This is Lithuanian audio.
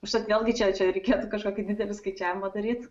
užtat vėlgi čia čia reikėtų kažkokį didelį skaičiavimą daryt